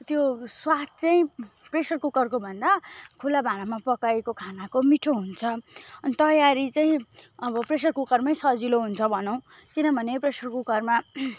त्यो स्वाद चाहिँ प्रेसर कुकरको भन्दा खुल्ला भाँडामा पकाएको खानाको मिठो हुन्छ अनि तयारी चाहिँ अब प्रेसर कुकरमै सजिलो हुन्छ भनौँ किनभने प्रेसर कुकरमा